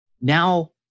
now